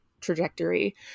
trajectory